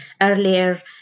earlier